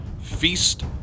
Feast